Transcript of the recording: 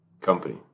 company